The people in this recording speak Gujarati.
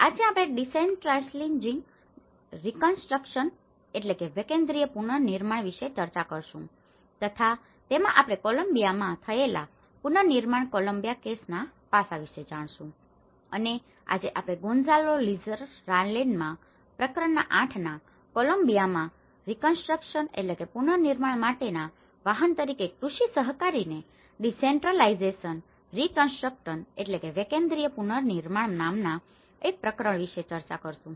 આજે આપણે ડીસેન્ટ્રલાઇજિંગ રીકન્સ્ટ્રકશન decentralizing reconstruction વેકેન્દ્રીય પુનનિર્માણ વિશે ચર્ચા કરીશું તથા તેમાં આપણે કોલમ્બિયામાં થયેલા પુનનિર્માણ કોલમ્બિયા કેસના પાસા વિશે જાણીશું અને આજે આપણે ગોન્ઝાલો લિઝરરાલ્ડેના પ્રકારણ ૮ ના કોલમ્બિયામાં રિકન્સ્ટ્રક્શન reconstruction પુનનિર્માણ માટેના વાહન તરીકે કૃષિ સહકારીને ડિસેન્ટ્રલાઇઝિંગ રિકન્સ્ટ્રક્શન decentralizing reconstruction વેકેન્દ્રીય પુનનિર્માણ નામના એક પ્રકરણ વિશે ચર્ચા કરીશું